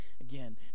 Again